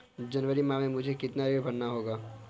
जनवरी माह में मुझे कितना ऋण भरना है?